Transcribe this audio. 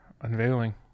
Unveiling